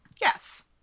yes